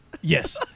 Yes